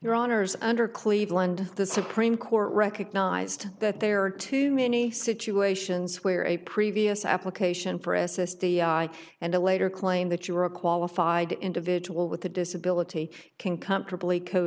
your honour's under cleveland the supreme court recognized that there are too many situations where a previous application for a system and a later claim that you are a qualified individual with a disability can comfortably co